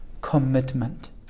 commitment